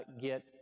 get